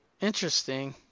interesting